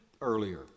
earlier